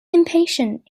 impatient